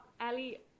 Ellie